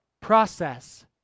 process